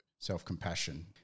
self-compassion